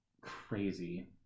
crazy